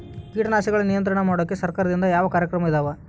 ಕೇಟನಾಶಕಗಳ ನಿಯಂತ್ರಣ ಮಾಡೋಕೆ ಸರಕಾರದಿಂದ ಯಾವ ಕಾರ್ಯಕ್ರಮ ಇದಾವ?